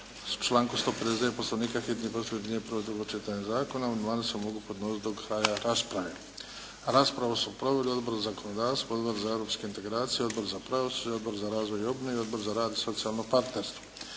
članku 159. Poslovnika hitni postupak objedinjuje prvo i drugo čitanje zakona. Amandmani se mogu podnositi do kraja rasprave. Raspravu su proveli Odbor za zakonodavstvo, Odbor za europske integracije, Odbor za pravosuđe, Odbor za razvoj i obnovu i Odbor za rad i socijalno partnerstvo.